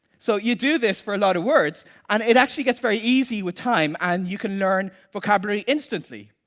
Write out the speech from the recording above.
so you do this for a lot of words and it actually gets very easy with time and you can learn vocabulary instantly.